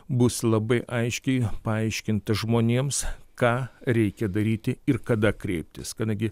bus labai aiškiai paaiškinta žmonėms ką reikia daryti ir kada kreiptis kadangi